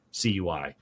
CUI